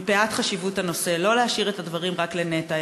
מפאת חשיבות הנושא לא להשאיר את הדברים רק לנת"ע,